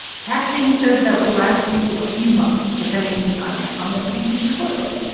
tak-sing says that would last you a few months, depending on how much you use your toilet.